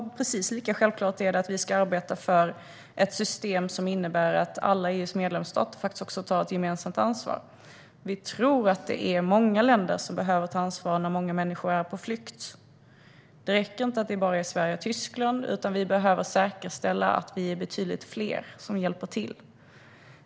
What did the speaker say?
Precis lika självklart är det att vi ska arbeta för ett system som innebär att alla EU:s medlemsstater tar ett gemensamt ansvar. Vi tror att det är många länder som behöver ta ansvar när många människor är på flykt. Det räcker inte om det bara är Sverige och Tyskland, utan vi behöver säkerställa att vi är betydligt fler som hjälper till.